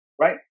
Right